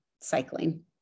cycling